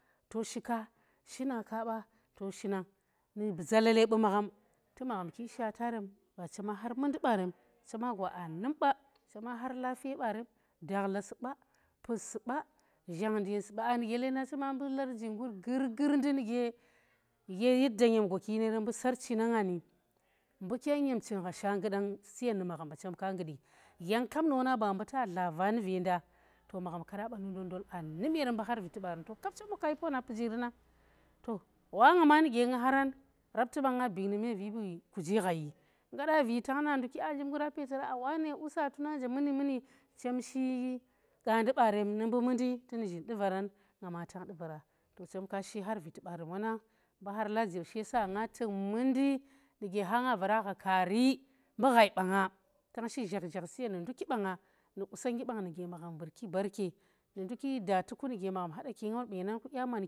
Toshi ke. shina kae ba, to shi nang zalale bu magham tu magham ki shatarem, ba chema har mundi baren, chema gwa aa num ba chema har lafiye baren dakhla su ba, pus su ba, zhang ndi yen su ba, aa nu ge chema mbu larji ngur gurgur ndu nuge ye yada cem gwaki yinerem mbu sarchi na nga ni, mbu nyem ching gha shanggudang suyen nu magham ba, chem ka ngudi, yang kap nu veenda magham ke da banu ndonndil aa num yerem mbu har viti baaro, kap chem wo ka yi poona pijiri nang wa nga nuge, nga haran rapti banga bing nu mee vidu kuji ghayi, nga dari tang na nduki a jimguri wa tuna nje muni chem shi qaandi barem nu mbu mundi tu nuzhin du vaaran nga ma tang ɗi vara chem ka shi har viti baren wonang mbu har larji nga tuk mundi nu ge hanga varagha kaari mbu ghai banga, tang shi zhagh zhagh suyen na nduki banga nu qusongnggi bang nuge magham vaarti barke nu nduki daatinu ge.